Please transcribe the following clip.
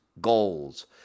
goals